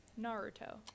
Naruto